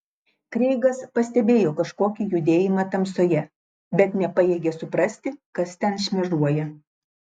kreigas pastebėjo kažkokį judėjimą tamsoje bet nepajėgė suprasti kas ten šmėžuoja